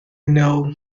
know